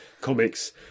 comics